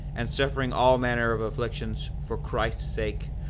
and suffering all manner of afflictions, for christ's sake,